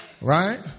Right